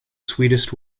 sweetest